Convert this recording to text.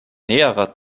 näherer